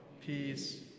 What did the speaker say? peace